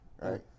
Right